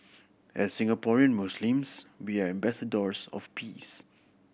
as Singaporean Muslims we are ambassadors of peace